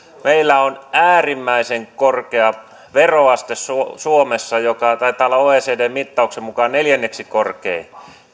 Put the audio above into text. meillä on suomessa äärimmäisen korkea veroaste joka taitaa olla oecdn mittauksen mukaan neljänneksi korkein